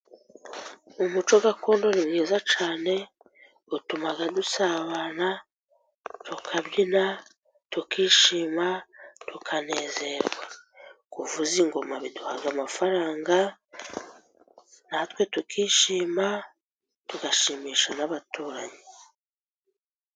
Umuco gakondo ni mwiza cyane utuma dusabana tukabyina, tukishima tukanezerwa. Kuvuza ingoma biduha amafaranga natwe tukishima tugashimisha n'abaturanyi.